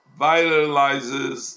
vitalizes